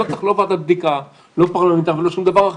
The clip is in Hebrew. לא צריך לא ועדת בדיקה פרלמנטרית ולא שום דבר,